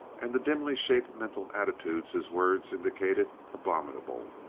and the dimly shaped mental attitudes his words indicated, abominable.